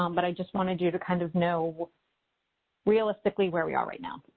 um but i just wanted you to kind of know realistically where we are right now.